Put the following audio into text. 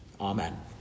Amen